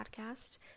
Podcast